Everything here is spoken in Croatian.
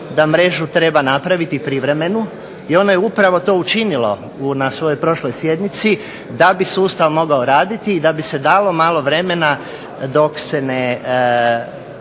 da mrežu treba napraviti privremenu. I ono je upravo to učinili, na svojoj prošloj sjednici da bi sustav mogao raditi i da bi se dalo malo vremena dok se ne